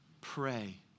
Pray